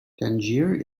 tangier